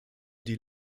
die